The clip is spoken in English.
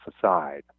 aside